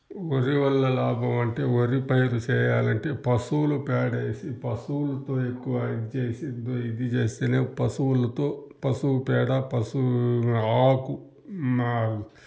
వరి వల్ల లాభమంటే వరి పైరు చెయ్యాలంటే పశువుల పేడేసి పశువులతో ఎక్కువ ఇద్ చేసి ఇదిగో ఇద్ చేస్తేనే పశువులతో పశువు పేడ పశువు ఆకు మా